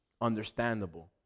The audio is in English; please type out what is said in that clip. understandable